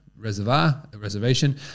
reservation